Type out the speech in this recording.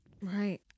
Right